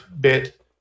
bit